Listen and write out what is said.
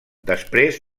després